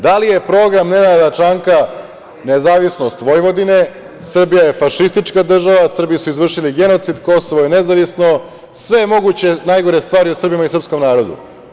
Da li je program Nenada Čanak nezavisnost Vojvodine, Srbija je fašistička država, Srbi su izvršili genocid, Kosovo je nezavisno, sve moguće najgore stvari o Srbima i srpskom narodu?